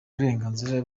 burenganzira